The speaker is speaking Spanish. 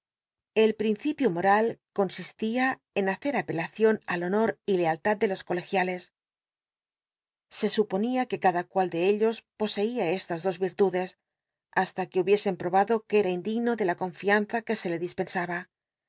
el principio moral consistía en hacer apelacion al honor y callad de los colegiales se suponía que cada cual de ellos potudes hasta que hubiesen probaseía estas dos ir do qnc era indigno de la confianza que se le dispensaba